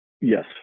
yes